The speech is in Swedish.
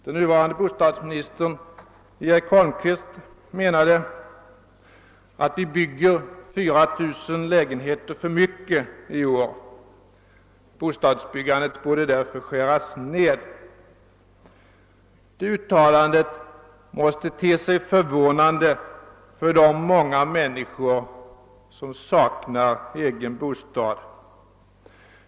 Den nuvarande bostadsministern Eric Holmqvist menar att vi bygger 4000 lägenheter för mycket i år, och att bostadsbyggandet därför bör skäras ned. Det uttalandet måste te sig förvånande för de många människor som saknar egen bostad.